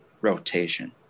rotation